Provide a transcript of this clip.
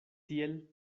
tiel